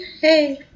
Hey